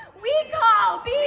we call bs!